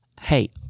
Hey